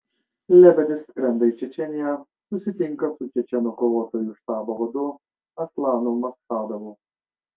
lebedis skrenda į čečėniją susitinka su čečėnų kovotojų štabo vadu aslanu maschadovu